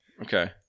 Okay